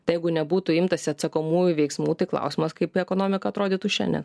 tai jeigu nebūtų imtasi atsakomųjų veiksmų tai klausimas kaip ekonomika atrodytų šiandien